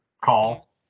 call